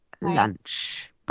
lunch